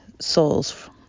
souls